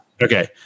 Okay